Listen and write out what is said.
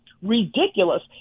Ridiculous